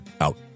out